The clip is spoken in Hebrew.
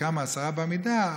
ועשרה בעמידה,